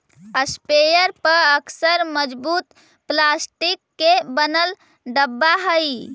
sprayer पअक्सर मजबूत plastic के बनल डब्बा हई